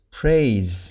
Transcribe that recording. praise